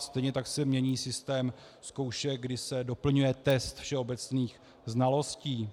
Stejně tak se mění systém zkoušek, kdy se doplňuje test všeobecných znalostí.